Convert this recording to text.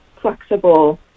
flexible